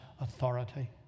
authority